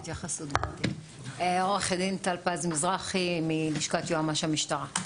שלום, אני מלשכת עומ"ש המשטרה.